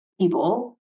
people